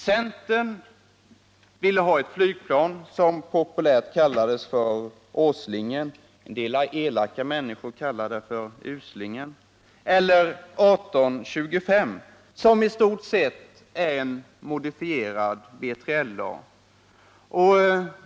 Centern ville ha ett flygplan som populärt kallades Åslingen, av en del elaka människor även kallat Uslingen, eller 1825 som i stort sett är en modifikation av BILA.